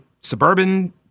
suburban